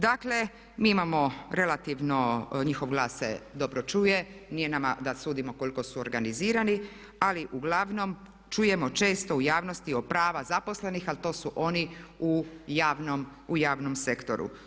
Dakle mi imamo relativno, njihov glas se dobro čuje, nije nama da sudimo koliko su organizirani ali uglavnom čujemo često u javnosti o pravima zaposlenih ali to su oni u javnom sektoru.